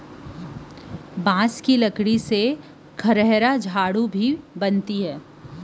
बांस के लकड़ी के खरहारा बाहरी घलोक बनथे